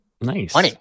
Nice